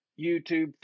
YouTube